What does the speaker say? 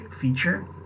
feature